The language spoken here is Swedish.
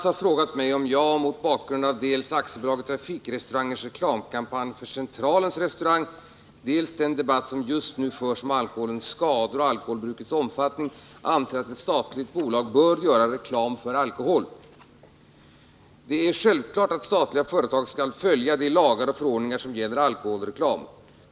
Herr talman! Jag skall be att få tacka för svaret.